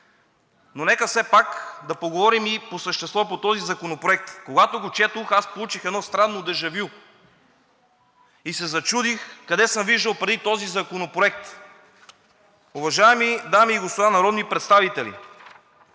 Но нека все пак да поговорим и по същество по този законопроект. Когато го четох, аз получих едно странно дежа вю и се зачудих къде съм виждал преди този законопроект? Уважаеми дами и господа народни представители,